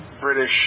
British